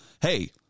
hey